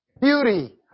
Beauty